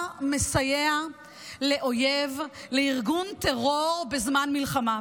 אתה מסייע לאויב, לארגון טרור, בזמן מלחמה.